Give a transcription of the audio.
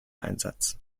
einsatz